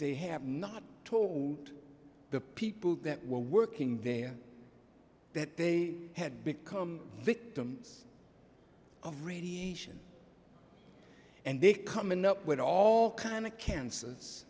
they have not told the people that were working there that they had become victims of radiation and they come in up with all kind of can